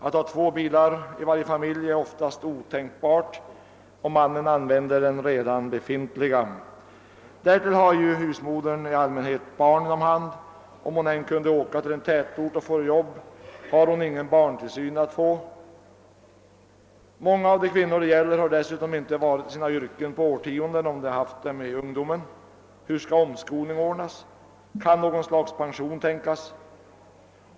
Att ha två bilar i varje familj är oftast otänkbart, och mannen använder den redan befintliga. Därtill kommer att husmodern i allmänhet har barnen om hand. Om hon än kunde åka till en tätort och få jobb har hon ingen barntillsyn att tillgå. Många av de kvinnor det gäller har dessutom inte arbetat i sina yrken på årtionden. Hur skall omskolning ordnas? Kan något slags pension tänkas?